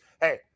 hey